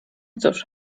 cóż